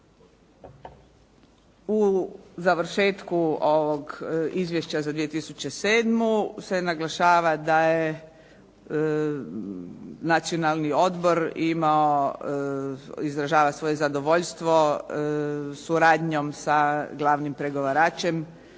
U završetku ovog izvješća za 2007. se naglašava da je Nacionalni odbor imao, izražava svoje zadovoljstvo suradnjom sa glavnim pregovaračem